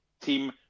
team